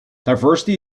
diversity